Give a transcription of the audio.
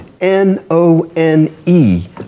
N-O-N-E